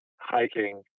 hiking